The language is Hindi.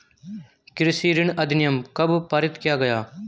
कृषि ऋण अधिनियम कब पारित किया गया?